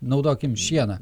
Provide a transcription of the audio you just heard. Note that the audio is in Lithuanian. naudokim šieną